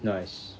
nice